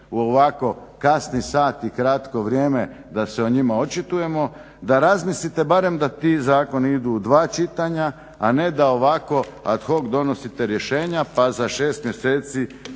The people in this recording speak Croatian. u ovako kasni sat i kratko vrijeme da se o njima očitujemo, da razmislite barem da ti zakoni idu u dva čitanja, a ne da ovako ad hoc donosite rješenja pa za 6 mjeseci